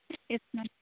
yes ma'am